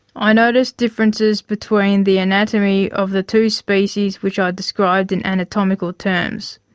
i noticed differences between the anatomy of the two species which i described in anatomical terms.